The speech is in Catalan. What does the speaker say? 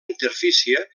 interfície